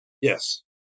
Yes